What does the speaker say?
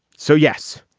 so, yes,